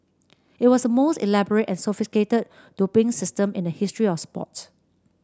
it was the most elaborate and sophisticated doping system in the history of sports